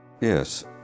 Yes